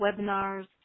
webinars